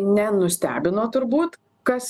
nenustebino turbūt kas